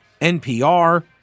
NPR